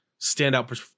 standout